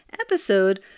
episode